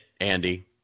Andy